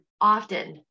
often